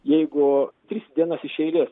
jeigu tris dienas iš eilės